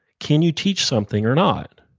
can you teach something or not?